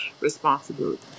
responsibility